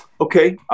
okay